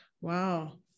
wow